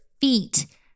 feet